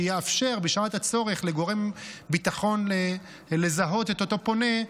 שיאפשר בשעת הצורך לגורם ביטחון לזהות את אותו פונה,